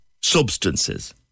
substances